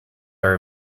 are